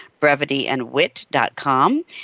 brevityandwit.com